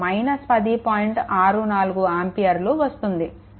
64 ఆంపియర్లు వస్తుంది